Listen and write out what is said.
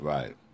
Right